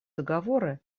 договоры